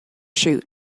shoot